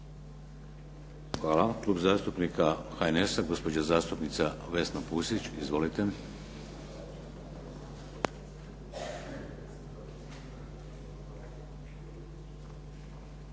Hvala. Klub zastupnika HNS-a gospođa zastupnica Vesna Pusić. Izvolite.